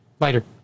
Later